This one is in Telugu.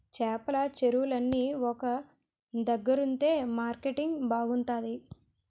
చేపల చెరువులన్నీ ఒక దగ్గరుంతె మార్కెటింగ్ బాగుంతాది